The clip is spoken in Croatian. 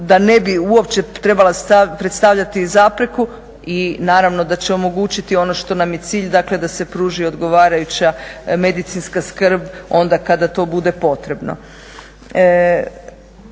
da ne bi uopće trebala predstavljati zapreku i naravno da će omogućiti ono što nam je cilj, dakle da se pruži odgovarajuća medicinska skrb onda kada to bude potrebno.